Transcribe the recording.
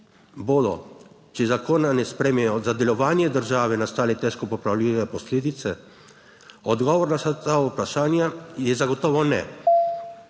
Bodo, če zakona ne sprejmejo, za delovanje države nastale težko popravljive posledice? Odgovor na vsa ta vprašanja je zagotovo ne.